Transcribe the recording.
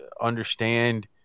understand